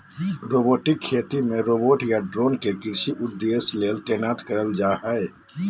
robotic खेती मे robot या ड्रोन के कृषि उद्देश्य ले तैनात करल जा हई